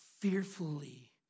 fearfully